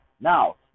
Now